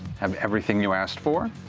have everything you asked for,